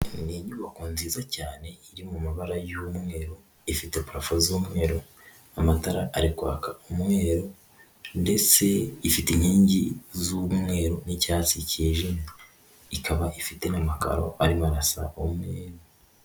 Ni inyubako nziza cyane iri mu mabara y'umweru, ifite parafo z'umweru, amatara ari kwaka umweru ndetse ifite inkingi z'umweru n'icyatsi cyijimye, ikaba ifite n'amakaro arimo arasa umweru.